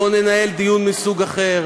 בוא ננהל דיון מסוג אחר,